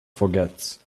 forgets